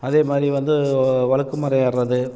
அதே மாதிரி வந்து வழுக்கு மரம் ஏர்றது